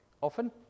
Often